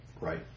Right